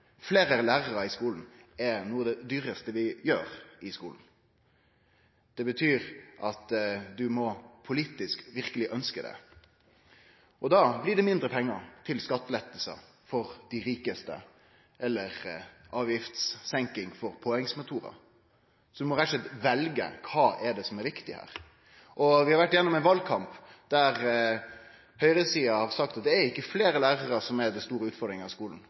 Fleire lærarar i skulen er noko av det dyraste vi kan gjere. Det betyr at ein politisk verkeleg må ønskje det. Da blir det mindre pengar til skattelette for dei rikaste eller avgiftssenking for påhengsmotorar. Ein må rett og slett velje kva som er viktig her. Vi har vore gjennom ein valkamp der høgresida har sagt at det ikkje er fleire lærarar som er den store